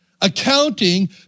accounting